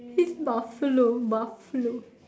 he's Buffalo Buffalo